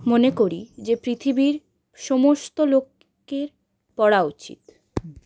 মনে করি যে পৃথিবীর সমস্ত লোকের পড়া উচিত